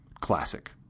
classic